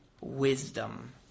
wisdom